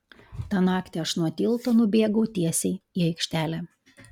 tą naktį aš nuo tilto nubėgau tiesiai į aikštelę